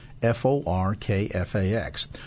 F-O-R-K-F-A-X